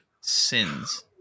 Sins